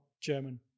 German